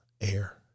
air